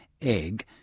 Egg